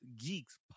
Geeks